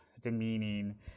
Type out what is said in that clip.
demeaning